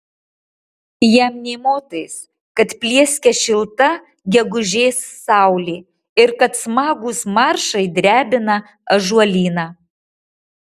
jam nė motais kad plieskia šilta gegužės saulė ir kad smagūs maršai drebina ąžuolyną